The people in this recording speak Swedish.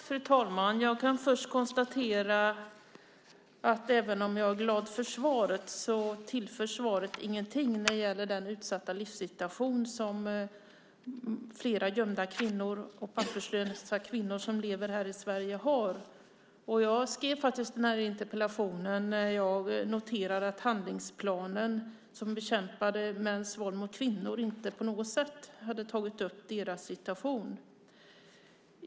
Fru talman! Jag kan konstatera att även om jag är glad för svaret tillför det ingenting när det gäller den utsatta livssituation som flera gömda papperslösa kvinnor som lever i Sverige har. Jag skrev interpellationen när jag noterade att handlingsplanen mot mäns våld mot kvinnor inte på något sätt tagit upp deras situation.